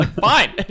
fine